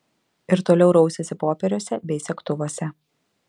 ir toliau rausėsi popieriuose bei segtuvuose